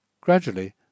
Gradually